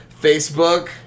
Facebook